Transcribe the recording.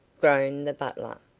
groaned the butler.